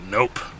Nope